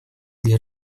для